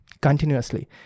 continuously